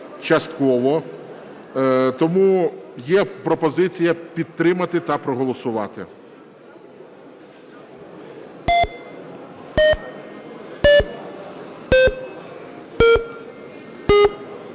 частково, тому є пропозиція підтримати та проголосувати.